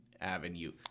Avenue